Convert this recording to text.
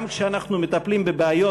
גם כשאנחנו מטפלים בבעיות,